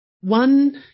One